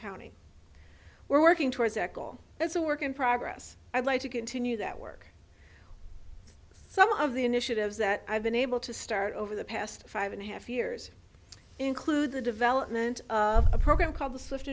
county we're working towards that goal it's a work in progress i'd like to continue that work some of the initiatives that i've been able to start over the past five and a half years include the development of a program called the swift